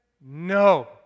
No